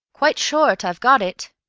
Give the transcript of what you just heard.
quite short. i've got it.